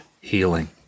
healing